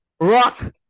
Rock